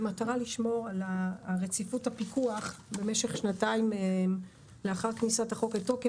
במטרה לשמור על רציפות הפיקוח במשך שנתיים לאחר כניסת החוק לתוקף,